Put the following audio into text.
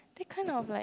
that kind of like